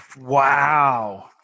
Wow